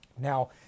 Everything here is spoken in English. Now